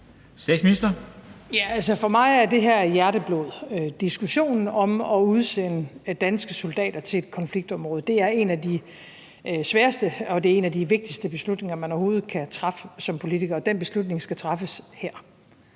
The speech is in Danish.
For mig er det her hjerteblod. Beslutningen om at udsende danske soldater til et konfliktområde er en af de sværeste og en af de vigtigste beslutninger, man overhovedet kan træffe som politiker, og den beslutning skal træffes her.